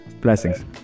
blessings